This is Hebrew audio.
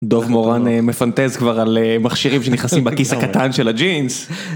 דוב מורן מפנטז כבר על מכשירים שנכנסים בכיס הקטן של הג'ינס